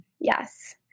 Yes